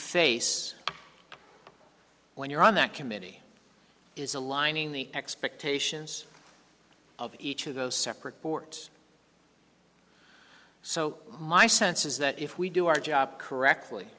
face when you're on that committee is aligning the expectations of each of those separate ports so my sense is that if we do our job correctly